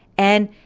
and,